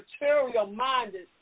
material-minded